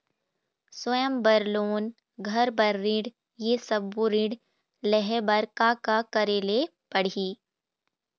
स्वयं बर लोन, घर बर ऋण, ये सब्बो ऋण लहे बर का का करे ले पड़ही?